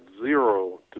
zero